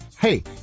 Hey